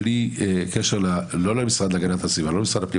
בלי קשר למשרד להגנת הסביבה ולמשרד הפנים,